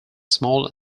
small